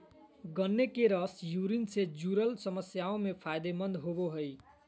गन्ने के रस यूरिन से जूरल समस्याओं में फायदे मंद होवो हइ